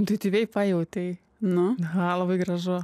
intuityviai pajautei na aha labai gražu